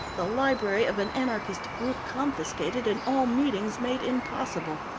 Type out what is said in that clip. the library of an anarchist group confiscated, and all meetings made impossible.